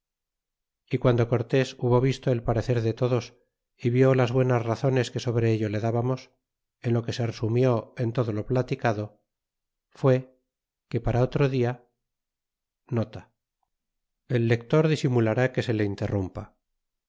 y guando cortés hubo visto el parecer de todos y vió las buenas razones que sobre ello le dábamos en lo que se resumió en todo lo platicado fue que para otro dia saliésemos el lector disimular que se le interrumpa